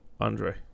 Andre